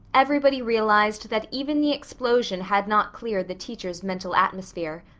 everybody realized that even the explosion had not cleared the teacher's mental atmosphere.